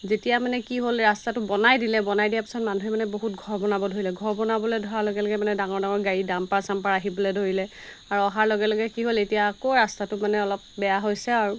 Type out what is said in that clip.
যেতিয়া মানে কি হ'ল ৰাস্তাটো বনাই দিলে বনাই দিয়াৰ পিছত মানুহে মানে বহুত ঘৰ বনাব ধৰিলে ঘৰ বনাবলৈ ধৰাৰ লগে লগে মানে ডাঙৰ ডাঙৰ গাড়ী ডাম্পাৰ চাম্পাৰ আহিবলৈ ধৰিলে আৰু অহাৰ লগে লগে কি হ'ল এতিয়া আকৌ ৰাস্তাটো মানে অলপ বেয়া হৈছে আৰু